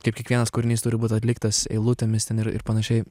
kaip kiekvienas kūrinys turi būti atliktas eilutėmis ir panašiai